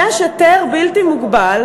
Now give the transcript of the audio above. יש היתר בלתי מוגבל,